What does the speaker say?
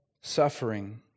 suffering